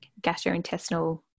gastrointestinal